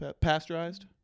Pasteurized